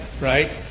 right